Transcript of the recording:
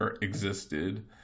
existed